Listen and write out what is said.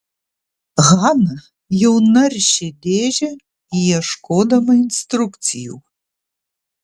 hana jau naršė dėžę ieškodama instrukcijų